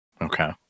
Okay